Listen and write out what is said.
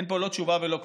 אין פה לא תשובה ולא כלום.